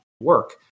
work